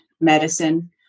medicine